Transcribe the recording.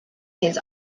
his